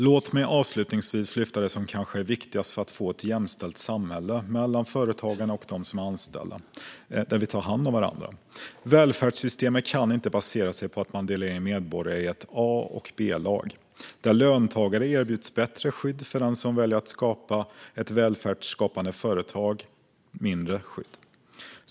Låt mig avslutningsvis lyfta fram det som kanske är det viktigaste för att få ett jämställt samhälle mellan företagare och anställda och ett samhälle där vi tar hand om varandra. Välfärdssystemet kan inte basera sig på att man delar in medborgarna i ett A och ett B-lag, där löntagare erbjuds bättre skydd än den som väljer att skapa ett välfärdsskapande företag.